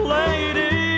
lady